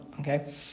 okay